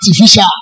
artificial